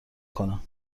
کنم